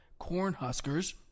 Cornhuskers